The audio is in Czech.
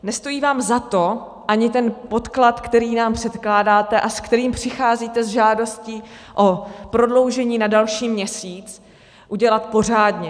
Nestojí vám za to ani ten podklad, který nám předkládáte a s kterým přicházíte s žádostí o prodloužení na další měsíc, udělat pořádně.